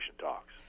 talks